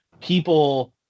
people